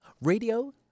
Radio